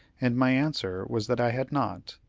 and my answer was that i had not,